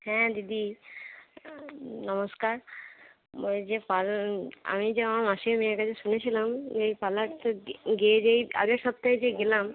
হ্যাঁ দিদি নমস্কার বলছি যে পাল আমি যে আমার মাসির মেয়ের কাছে শুনেছিলাম এই পার্লারতে গিয়ে গিয়ে যে এই আগের সপ্তাহে যে গেলাম